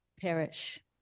perish